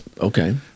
Okay